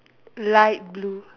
light blue